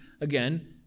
Again